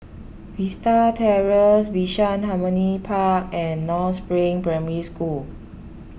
Vista Terrace Bishan Harmony Park and North Spring Primary School